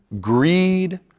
greed